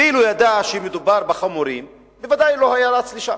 ואילו ידע שמדובר בחמורים בוודאי לא היה רץ לשם,